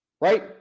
right